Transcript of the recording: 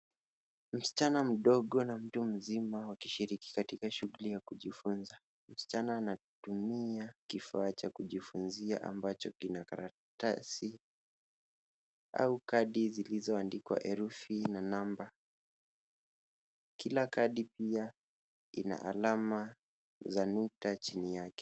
Msichana mdogo na mtu mzima wakishiriki katika shughuli ya kujifunza. Msichana anatumia kifaa cha kujifunzia ambacho kina karatasi au kadi zilizo andikwa herufi na namba, kila kadi pia ina alama za nukta chini yake.